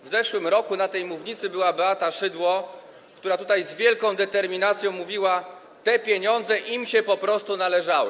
W zeszłym roku na tej mównicy była Beata Szydło, która z wielką determinacją mówiła: Te pieniądze im się po prostu należały.